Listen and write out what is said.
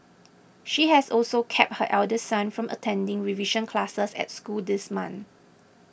she has also kept her elder son from attending revision classes at school this month